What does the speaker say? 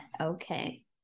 okay